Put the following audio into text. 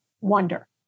wonder